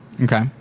okay